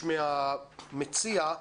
אבקש מהמציע,